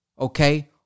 Okay